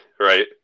Right